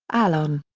alan.